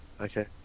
Okay